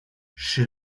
she